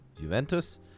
Juventus